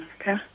Okay